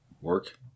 work